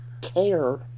care